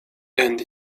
and